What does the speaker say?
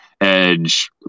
edge